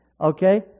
Okay